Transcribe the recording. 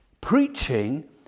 Preaching